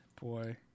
Boy